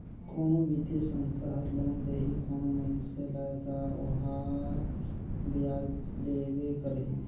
कोनो बित्तीय संस्था हर लोन देही कोनो मइनसे ल ता ओहर बियाज लेबे करही